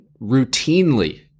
routinely